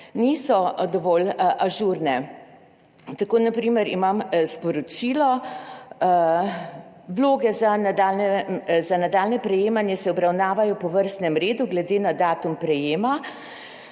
niso dovolj ažurne. Tako na primer imam sporočilo: »Vloge za nadaljnje prejemanje se obravnavajo po vrstnem redu glede na datum prejema.